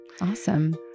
Awesome